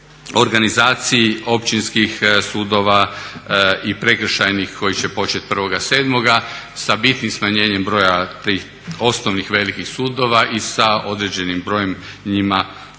organizaciji općinskih sudova i prekršajnih koji će počet 1.7. sa bitnim smanjenjem broja tih osnovnih velikih sudova i sa određenim brojem njima